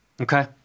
Okay